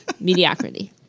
Mediocrity